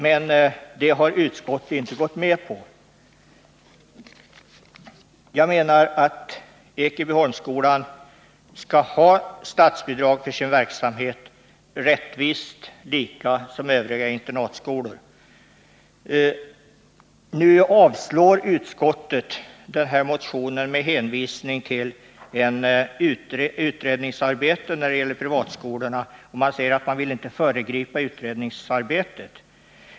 Men det har utskottet alltså inte gått med på. Jag menar att Ekebyholmsskolan som övriga internatskolor skall ha statsbidrag för sin verksamhet. Utskottet avstyrker motionen med hänvisning till att en utredning pågår om privatskolorna. Man säger att man inte vill föregripa utredningsarbetet.